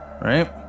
right